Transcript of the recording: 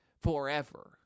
forever